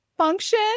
function